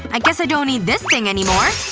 i guess i don't need this thing anymore!